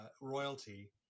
royalty